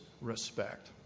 respect